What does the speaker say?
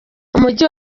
umujyi